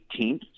18th